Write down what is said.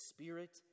Spirit